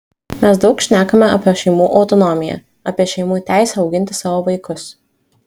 mes daug šnekame apie šeimų autonomiją apie šeimų teisę auginti savo vaikus